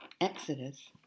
exodus